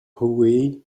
hooey